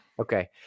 Okay